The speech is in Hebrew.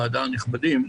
הנכבדים.